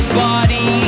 body